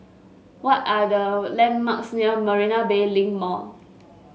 what are the landmarks near Marina Bay Link Mall